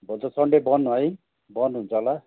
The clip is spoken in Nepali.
भोलि त सन्डे बन्द है बन्द हुन्छ होला